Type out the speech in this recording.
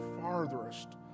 farthest